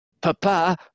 Papa